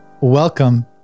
welcome